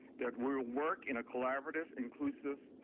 that we will work in a collaborative, inclusive,